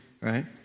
right